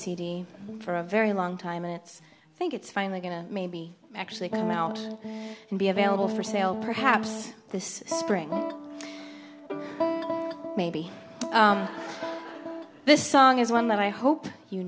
cd for a very long time and it's think it's finally going to maybe actually came out and be available for sale perhaps this spring maybe this song is one that i hope you